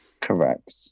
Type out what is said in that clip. Correct